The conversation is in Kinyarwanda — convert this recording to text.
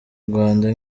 rwanda